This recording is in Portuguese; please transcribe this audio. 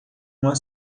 uma